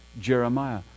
Jeremiah